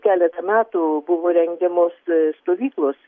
keletą metų buvo rengiamos stovyklos